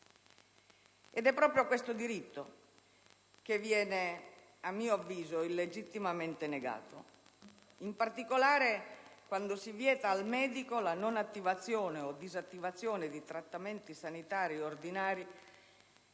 Ed è proprio questo diritto che viene, a mio avviso, illegittimamente negato, in particolare quando si vieta al medico la non attivazione o la disattivazione di trattamenti sanitari ordinari